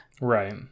Right